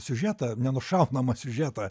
siužetą na nušaunamą siužetą